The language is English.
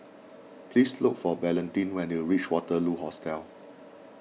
please look for Valentin when you reach Waterloo Hostel